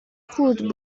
خورد